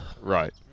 Right